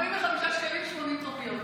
45 שקלים 80 טרופיות.